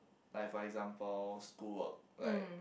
like for example school work like